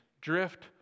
drift